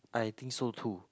I think so too